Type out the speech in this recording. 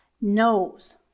knows